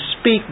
speak